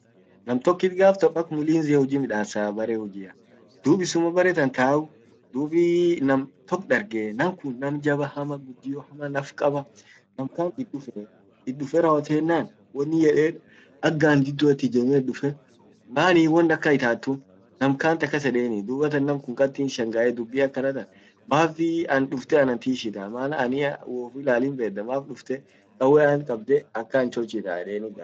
nam tokkit gaf tok ak mulinzia huji midassa bare hujia. Dub issuma bare tan tau dub nam tok darge namkun nam jaba hama, naf kaba nam kant itduffe, itduffe rawwotennan wonin yeden ak gadindua it ijemee itduffe maani won akan itat tun? nam kant akas edeni dubattan namkun kati in shangae dubbi akanatan mafii an dufte anan tishitaa, maana annia woufilal himbedda, maf dufte kawwe ant kabde akan an cholchita edeni gafetaa.